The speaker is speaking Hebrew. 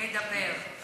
לדבר.